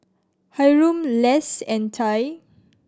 Hyrum Less and Ty